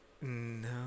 No